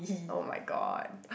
!oh-my-god!